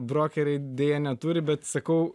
brokeriai deja neturi bet sakau